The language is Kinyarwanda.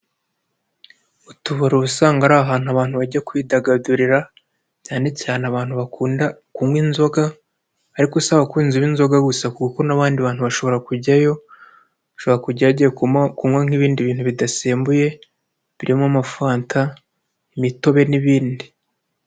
Utubari uba usanzwe ari ahantu abantu bajya kwidagadurira cyane cyane abantu bakunda kunywa inzoga ariko si abakunzi b'inzoga gusa kuko n'abandi bantu bashobora kujyayo, bashobora kujyayo bagiye kunywa nk'ibindi bintu bidasembuye birimo: amafanta, imitobe n'ibindi.